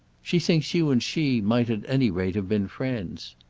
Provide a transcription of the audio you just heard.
she thinks you and she might at any rate have been friends.